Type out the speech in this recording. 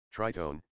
Tritone